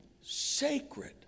sacred